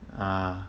ah